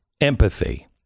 Empathy